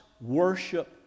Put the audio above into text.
worship